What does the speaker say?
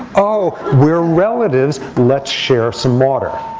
oh, we're relatives. let's share some water.